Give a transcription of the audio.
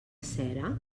cera